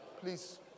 Please